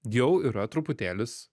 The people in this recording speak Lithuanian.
jau yra truputėlis